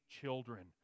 children